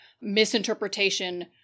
misinterpretation